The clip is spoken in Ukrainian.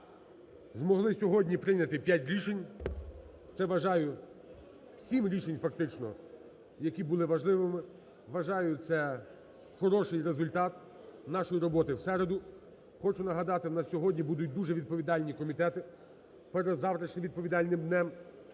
змогли сьогодні прийняти 5 рішень. Це, вважаю, 7 рішень фактично, які були важливими. Вважаю, це хороший результат нашої роботи в середу. Хочу нагадати, в нас сьогодні будуть дуже відповідальні комітети перед завтрашнім відповідальним днем.